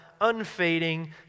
unfading